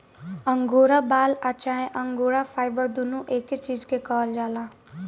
angora बाल आ चाहे अंगोरा फाइबर दुनो एके चीज के कहल जाला